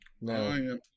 no